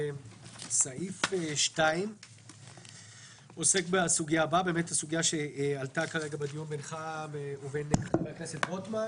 סעיף 2 עוסק בסוגיה שעלתה כרגע בדיון בינך לבין חבר הכנסת רוטמן: